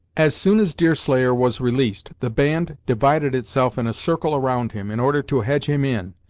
as soon as deerslayer was released, the band divided itself in a circle around him, in order to hedge him in,